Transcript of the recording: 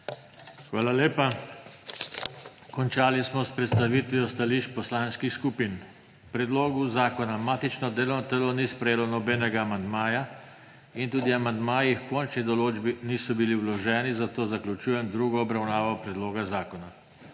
Hvala lepa. Končali smo predstavitev stališč poslanskih skupina. K predlogu zakona matično delovno telo ni sprejelo nobenega amandmaja in tudi amandmaji h končni določbi niso bili vloženi, zato zaključujem drugo obravnavo predloga zakona.